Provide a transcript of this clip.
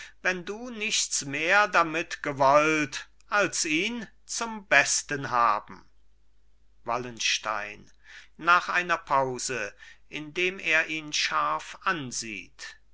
wenn du nichts mehr damit gewollt als ihn zum besten haben wallenstein nach einer pause indem er ihn scharf ansieht